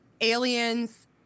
aliens